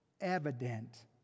evident